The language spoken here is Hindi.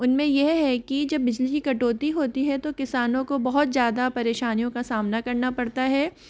उनमें यह है कि जब बिजली की कटौती होती है तो किसानों को बहुत ज़्यादा परेशानियों का सामना करना पड़ता है